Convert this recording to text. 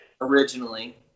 originally